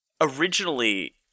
Originally